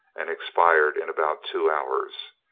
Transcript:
and expired in about two hours.